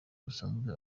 busanzwe